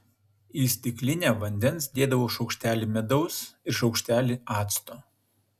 į stiklinę vandens dėdavau šaukštelį medaus ir šaukštelį acto